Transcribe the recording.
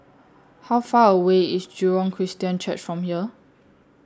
How Far away IS Jurong Christian Church from here